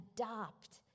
adopt